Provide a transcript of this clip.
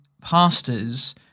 pastors